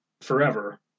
forever